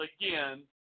again